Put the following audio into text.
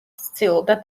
ცდილობდა